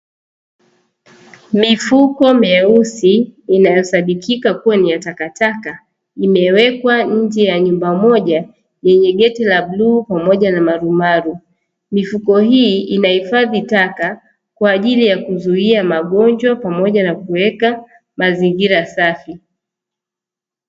Mifuko meusi inayosadikika kuwa ni ya takataka imewekwa nje ya nyumba moja yenye geti la bluu pamoja na marumaru. Mifuko hii inahifadhi taka kwa ajili ya kuzuia magonjwa pamoja na kuweka mazingira safi.